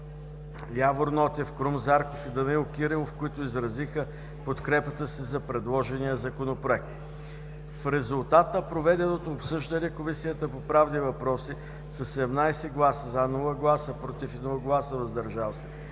Явор Нотев, Крум Зарков и Данаил Кирилов, които изразиха подкрепата си за предложения Законопроект. В резултат на проведеното обсъждане Комисията по правни въпроси със 17 гласа „за”, без „против“ и „въздържали се”